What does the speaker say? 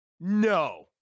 No